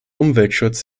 umweltschutz